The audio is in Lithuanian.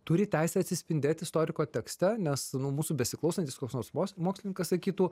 turi teisę atsispindėt istoriko tekste nes nu mūsų besiklausantis koks nors mos mokslininkas sakytų